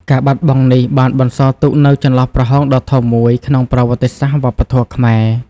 ការបាត់បង់នេះបានបន្សល់ទុកនូវ ចន្លោះប្រហោងដ៏ធំមួយ ក្នុងប្រវត្តិសាស្ត្រវប្បធម៌ខ្មែរ។